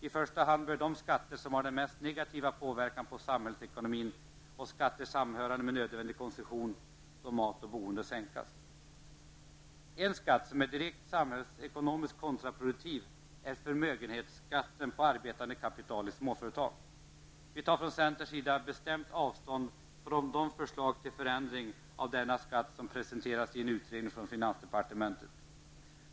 I första hand bör de skatter som har den mest negativa påverkan på samhällsekonomin, och skatter sammanhörande med nödvändig konsumtion som mat och boende, sänkas. En skatt som är direkt samhällsekonomiskt kontraproduktiv är förmögenhetsskatten på arbetande kapital i småföretag. Centern tar bestämt avstånd från de förslag till förändring av denna skatt som presenterats i en utredning i finansdepartementet.